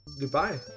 goodbye